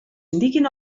indiquin